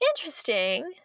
Interesting